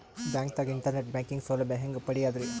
ಬ್ಯಾಂಕ್ದಾಗ internet banking ಸೌಲಭ್ಯ ಹೆಂಗ್ ಪಡಿಯದ್ರಿ?